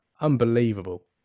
unbelievable